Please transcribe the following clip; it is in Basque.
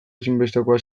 ezinbestekoa